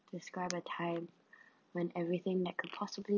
describe a time when everything that could possibly